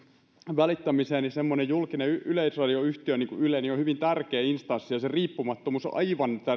välittämiseen semmoinen julkinen yleisradioyhtiö niin kuin yle on hyvin tärkeä instanssi ja sen riippumattomuus on aivan